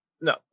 no